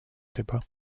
débat